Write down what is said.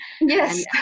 Yes